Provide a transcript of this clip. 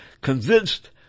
Convinced